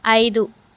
ఐదు